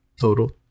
Total